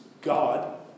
God